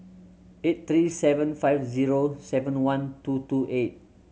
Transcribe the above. eight three seven five zero seven one two two eight